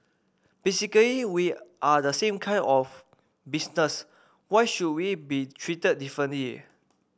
basically we are the same kind of business why should we be treated differently